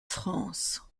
france